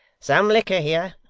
some liquor here!